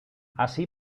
así